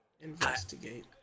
investigate